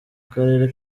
karere